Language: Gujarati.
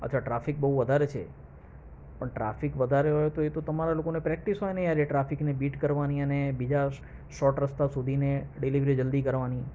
અચ્છા ટ્રાફિક બહુ વધારે છે પણ ટ્રાફિક વધારે હોય તો એ તો તમારા લોકોને પ્રેક્ટિસ હોયને યાર એ ટ્રાફિકને બીટ કરવાની અને બીજા શોર્ટ રસ્તા શોધીને ડિલિવરી જલ્દી કરવાની